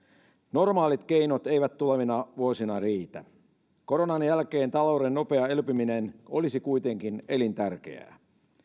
normaalit keinot eivät tulevina vuosina riitä koronan jälkeen talouden nopea elpyminen olisi kuitenkin elintärkeää